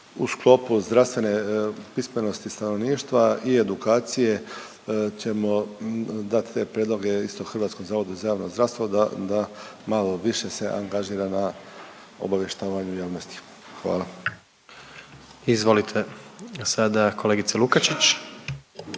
u sklopu zdravstvene pismenosti stanovništva i edukacije ćemo dati te prijedloge isto Hrvatskom zavodu za javno zdravstvo da malo više se angažira na obavještavanju javnosti. Hvala. **Jandroković,